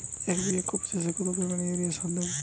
এক বিঘা কপি চাষে কত পরিমাণ ইউরিয়া সার দেবো?